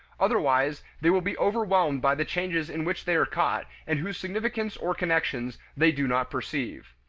otherwise, they will be overwhelmed by the changes in which they are caught and whose significance or connections they do not perceive.